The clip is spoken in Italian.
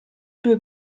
due